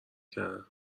کردن